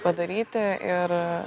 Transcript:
padaryti ir